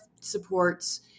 supports